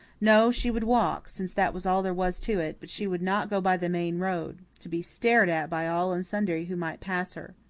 no, she would walk, since that was all there was to it but she would not go by the main road to be stared at by all and sundry who might pass her.